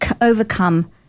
overcome